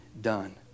done